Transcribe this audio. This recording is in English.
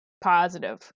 positive